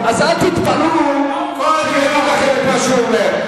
אל תתפלאו אם הוא יגיד לכם את מה שהוא אומר.